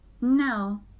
No